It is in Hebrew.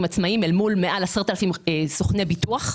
עצמאיים אל מול מעל 10,000 סוכני ביטוח,